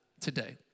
today